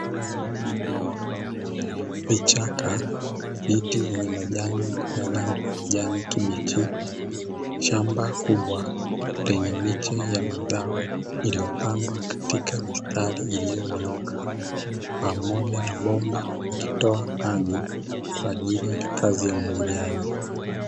Vichaka, miti venye majani ya rangi ya kijani kibichi, shamba kubwa lenye miti yamazao iliyopandwa katika mistari iliyonyooka, pamoja na bomba likitoa maji kwa ajili ya kazi ya umwagiliaji.